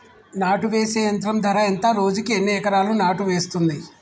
నాటు వేసే యంత్రం ధర ఎంత రోజుకి ఎన్ని ఎకరాలు నాటు వేస్తుంది?